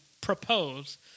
propose